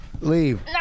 Leave